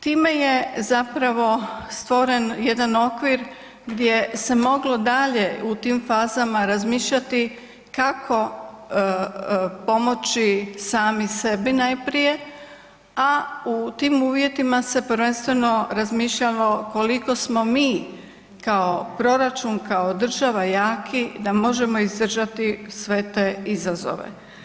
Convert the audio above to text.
Time je zapravo stvoren jedan okvir gdje se moglo dalje u tim fazama razmišljati kako pomoći sami sebi najprije, a u tim uvjetima se prvenstveno razmišljamo koliko smo mi kao proračun, kao država jaki, da možemo izdržati sve te izazove.